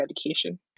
education